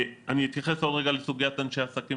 אני אתייחס עוד רגע לסוגיית אנשי העסקים